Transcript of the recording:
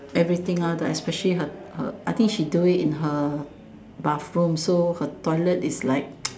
everything ah the especially her her I think she do it in her bathroom so her toilet is like